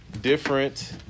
different